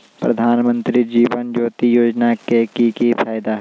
प्रधानमंत्री जीवन ज्योति योजना के की फायदा हई?